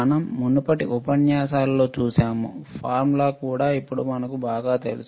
మనం మునుపటి ఉపన్యాసాలలో చూశాము ఫార్ములా కూడా ఇప్పుడు మనకు బాగా తెలుసు